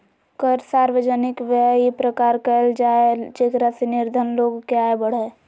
कर सार्वजनिक व्यय इ प्रकार कयल जाय जेकरा से निर्धन लोग के आय बढ़य